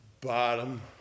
bottom